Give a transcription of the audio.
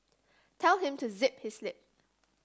tell him to zip his lip